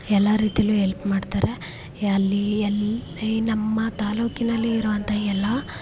ಎಲ್ಲ ರೀತಿಲೂ ಎಲ್ಪ್ ಮಾಡ್ತಾರೆ ಅಲ್ಲಿ ಎಲ್ಲಿ ನಮ್ಮ ತಾಲೂಕಿನಲ್ಲಿ ಇರೋಂಥ ಎಲ್ಲ